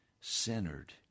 centered